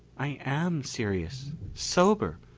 i am serious. sober.